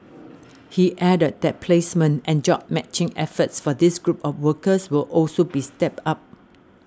he added that placement and job matching efforts for this group of workers will also be stepped up